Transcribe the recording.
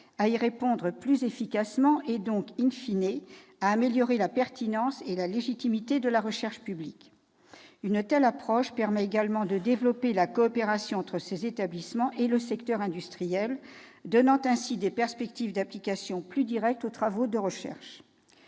à y répondre plus efficacement, donc,, à améliorer la pertinence et la légitimité de la recherche publique. Une telle approche permet également de développer la coopération entre ces établissements et le secteur industriel, donnant ainsi des perspectives d'application plus directe aux travaux de recherche.